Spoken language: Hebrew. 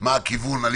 מה הכיוון.